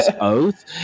oath